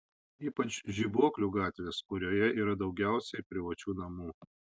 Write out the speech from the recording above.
ypač žibuoklių gatvės kurioje yra daugiausiai privačių namų